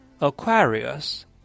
Aquarius